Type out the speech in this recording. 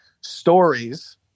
stories